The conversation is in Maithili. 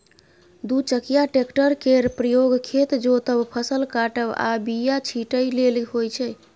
दु चकिया टेक्टर केर प्रयोग खेत जोतब, फसल काटब आ बीया छिटय लेल होइ छै